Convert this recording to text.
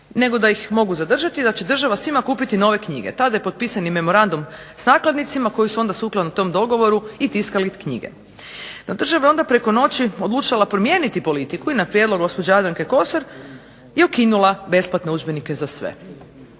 nego da ih mogu zadržati i da će država svima kupiti knjige. Tada je potpisan i memorandum s nakladnicima koji su onda sukladno tom dogovoru i tiskali knjige. No država je onda preko noći odlučila promijeniti politiku i na prijedlog gospođe Jadranke Kosor je ukinula besplatne udžbenike za sve.